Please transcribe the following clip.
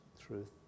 truth